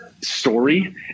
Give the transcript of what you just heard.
story